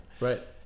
right